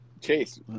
Chase